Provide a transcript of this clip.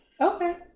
Okay